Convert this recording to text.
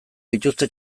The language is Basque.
dituzte